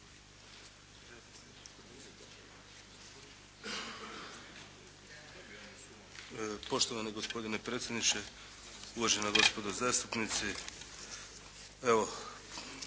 Poštovani gospodine predsjedniče, uvažena gospodo zastupnici. Evo